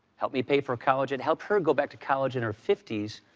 helped me pay for college. it helped her go back to college in her fifty s,